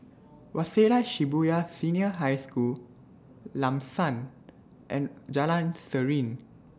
Waseda Shibuya Senior High School Lam San and Jalan Serene